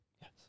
Yes